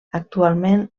actualment